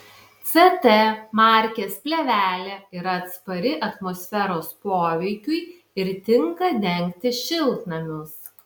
ct markės plėvelė yra atspari atmosferos poveikiui ir tinka dengti šiltnamius